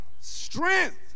Strength